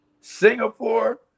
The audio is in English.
Singapore